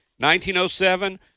1907